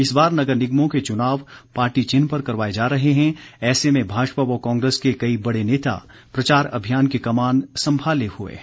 इस बार नगर निगमों के चुनाव पार्टी चिन्ह पर करवाए जा रहे हैं ऐसे में भाजपा व कांग्रेस के कई बड़े नेता प्रचार अभियान की कमान संभाले हुए हैं